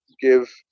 give